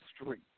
Street